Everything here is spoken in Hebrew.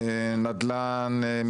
נדל"ן,